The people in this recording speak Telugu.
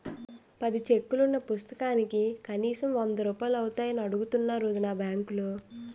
పది చెక్కులున్న పుస్తకానికి కనీసం వందరూపాయలు అవుతాయని అడుగుతున్నారు వొదినా బాంకులో